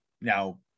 Now